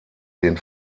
den